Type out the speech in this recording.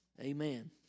Amen